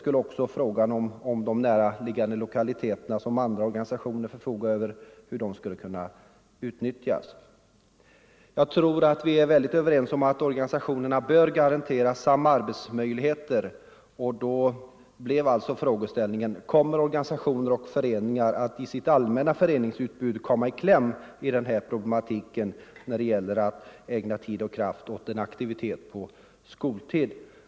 Då uppkommer frågan hur näraliggande lokaler som organisationerna förfogar över skall kunna utnyttjas. Jag tror att vi är helt överens om att organisationerna bör garanteras samma arbetsmöjligheter. Då blir frågan: Kommer organisationernas och föreningarnas allmänna verksamhet i kläm när de skall ägna tid och kraft åt denna aktivitet på skoltid.